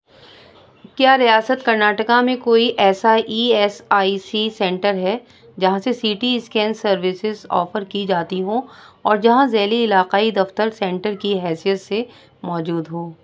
کیا ریاست کرناٹکا میں کوئی ایسا E S I C centre ہے جہاں سے C T scan services offer کی جاتی ہوں اور جہاں ذیلی علاقائی دفتر سینٹر کی حیثیت سے موجود ہو